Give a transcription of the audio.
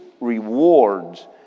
rewards